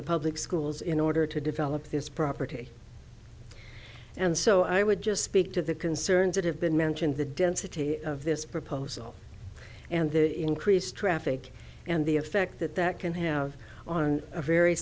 the public schools in order to develop this property and so i would just speak to the concerns that have been mentioned the density of this proposal and the increased traffic and the effect that that can have on a very